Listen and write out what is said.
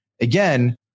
Again